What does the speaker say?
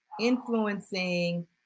influencing